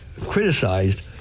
criticized